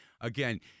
again